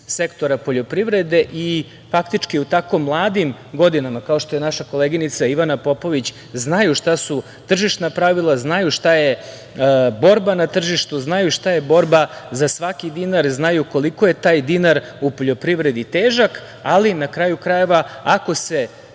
sektora poljoprivrede i faktički u tako mladim godinama, kao što je naša koleginica Ivana Popović, znaju šta su tržišna pravila, znaju šta je borba na tržištu, znaju šta je borba za svaki dinar, znaju koliko je taj dinar u poljoprivredi težak. Ali, na kraju krajeva, ako se